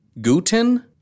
Guten